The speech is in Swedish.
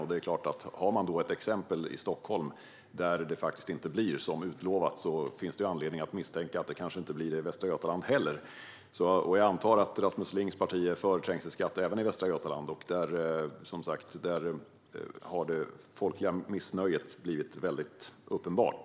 Om det då finns exempel från Stockholm att det inte har blivit som utlovat finns det anledning att misstänka att det kanske inte blir det i Västra Götaland heller. Jag antar att Rasmus Lings parti är för trängselskatt även i Västra Götaland. Där har, som sagt, det folkliga missnöjet blivit uppenbart.